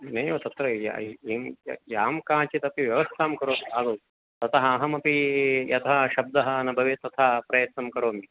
नैव तत्र यां काञ्चिदपि व्यवस्थां करोतु आदौ ततः अहमपि यथा शब्दः न भवेत् तथा प्रयत्नं करोमि